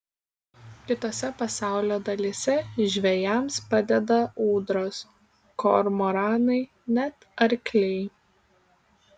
kitose pasaulio dalyse žvejams padeda ūdros kormoranai net arkliai